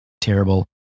terrible